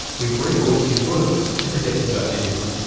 we've revoiced his words to protect his identity.